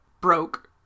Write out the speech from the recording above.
broke